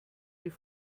sie